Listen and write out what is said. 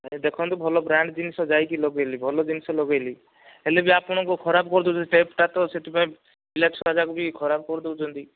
ମାନେ ଦେଖନ୍ତୁ ଭଲ ବ୍ରାଣ୍ଡ ଜିନିଷ ଯାଇକି ଲଗାଇଲି ଭଲ ଜିନିଷ ଲଗାଇଲି ହେଲେ ବି ଆପଣ ଖରାପ କରିଦେଉଛନ୍ତି ଟ୍ୟାପଟା ତ ସେଥିପାଇଁ ପିଲା ଛୁଆ ଯାକ ବି ଖରାପ କରିଦେଉଛନ୍ତି